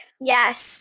Yes